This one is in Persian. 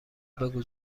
بگو